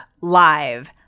Live